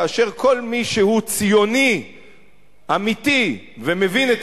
כאשר כל מי שהוא ציוני אמיתי ומבין את